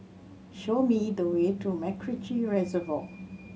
show me the way to MacRitchie Reservoir